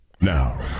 Now